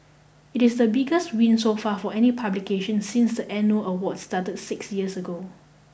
it is the biggest win so far for any publication since the annual awards start six years ago